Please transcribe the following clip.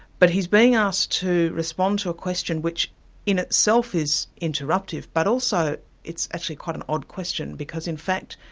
but he's being asked to respond to a question which in itself is interruptive, but also it's actually quite an odd question, because in fact,